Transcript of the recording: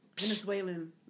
Venezuelan